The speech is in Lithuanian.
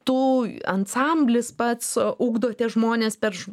tu ansamblis pats ugdote žmones per